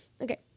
Okay